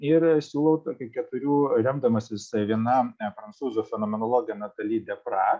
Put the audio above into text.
ir siūlau tokį keturių remdamas viena prancūzų fenomenologe natali depra